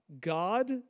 God